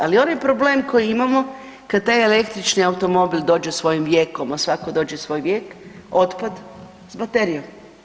Ali onaj problem koji imamo kad taj električni automobil dođe svojim vijekom, a svako dođe svoj vijek, otpad s baterijom.